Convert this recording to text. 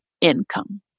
income